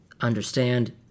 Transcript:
understand